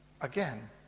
Again